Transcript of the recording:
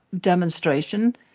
demonstration